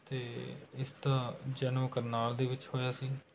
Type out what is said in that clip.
ਅਤੇ ਇਸ ਦਾ ਜਨਮ ਕਰਨਾਲ ਦੇ ਵਿੱਚ ਹੋਇਆ ਸੀ